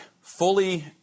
fully